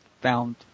found